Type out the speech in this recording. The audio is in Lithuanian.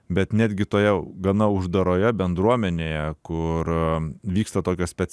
bet netgi toje gana uždaroje bendruomenėje kur vyksta tokios spec